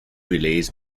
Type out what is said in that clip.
relays